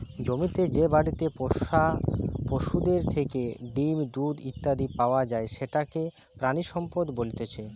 জমিতে যে বাড়িতে পোষা পশুদের থেকে ডিম, দুধ ইত্যাদি পাওয়া যায় সেটাকে প্রাণিসম্পদ বলতেছে